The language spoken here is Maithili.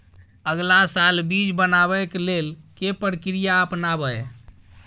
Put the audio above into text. अगला साल बीज बनाबै के लेल के प्रक्रिया अपनाबय?